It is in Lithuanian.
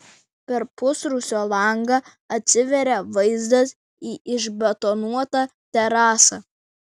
per pusrūsio langą atsiveria vaizdas į išbetonuotą terasą